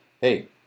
hey